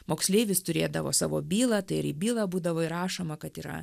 moksleivis turėdavo savo bylą tai ir į bylą būdavo įrašoma kad yra